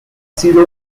sido